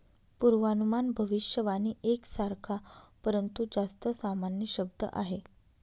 पूर्वानुमान भविष्यवाणी एक सारखा, परंतु जास्त सामान्य शब्द आहे